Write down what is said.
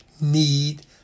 need